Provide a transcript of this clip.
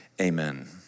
amen